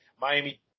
Miami